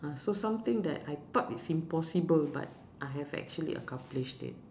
uh so something that I thought is impossible but I have actually accomplished it